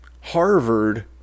Harvard